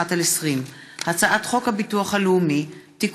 פ/5371/20 וכלה בהצעת חוק פ/5380/20: הצעת חוק הביטוח הלאומי (תיקון,